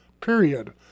Period